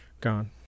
gone